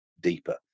deeper